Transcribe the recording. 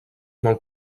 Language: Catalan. molt